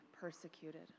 persecuted